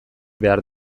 behar